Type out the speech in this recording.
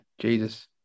Jesus